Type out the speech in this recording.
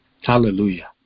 Hallelujah